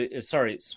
sorry